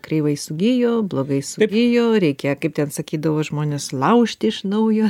kreivai sugijo blogai sugijo reikia kaip ten sakydavo žmonės laužti iš naujo